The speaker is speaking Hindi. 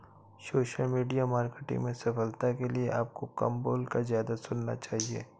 सोशल मीडिया मार्केटिंग में सफलता के लिए आपको कम बोलकर ज्यादा सुनना चाहिए